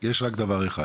יש רק דבר אחד.